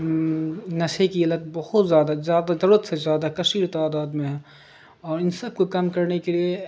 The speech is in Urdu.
نشے کی علت بہت زیادہ زیادہ ضرورت سے زیادہ کشیر تعداد میں ہے اور ان سب کو کام کرنے کے لیے